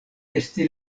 esti